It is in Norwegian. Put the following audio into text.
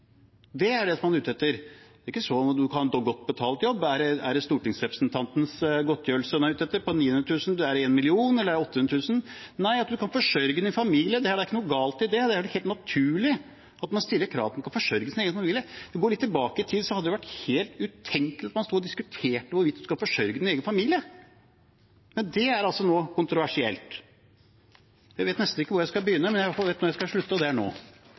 er det man er ute etter. En godt betalt jobb – er det stortingsrepresentantenes godtgjørelse på 900 000 kr, er det 1 mill. kr, eller er det 800 000 kr? Nei, det er at man kan forsørge sin familie. Og det er da ikke noe galt i det. Det er vel helt naturlig at man stiller krav til at man kan forsørge sin egen familie. Om man går litt tilbake i tid, hadde det vært utenkelig at man sto og diskuterte hvorvidt man skal forsørge sin egen familie. Men det er altså nå kontroversielt. Jeg vet nesten ikke hvor jeg skal begynne, men jeg har i alle fall vett til å vite når jeg skal slutte, og det er nå.